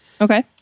Okay